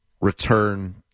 return